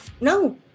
No